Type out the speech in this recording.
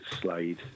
Slade